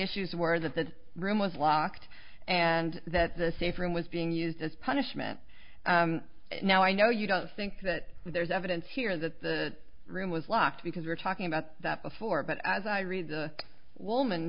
issues were that the room was locked and that the safe room was being used as punishment now i know you don't think that there's evidence here that the room was locked because you're talking about that before but as i read the woman